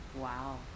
Wow